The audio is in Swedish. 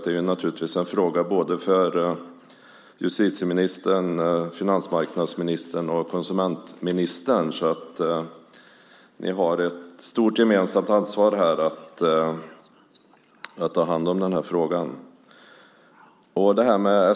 Det är naturligtvis en fråga för både justitieministern, finansmarknadsministern och konsumentministern, så ni har ett stort gemensamt ansvar för att ta hand om frågan.